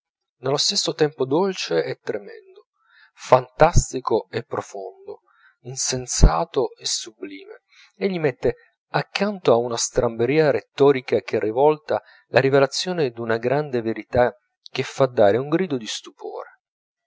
nello stesso tempo dolce e tremendo fantastico e profondo insensato e sublime egli mette accanto a una stramberia rettorica che rivolta la rivelazione d'una grande verità che fa dare un grido di stupore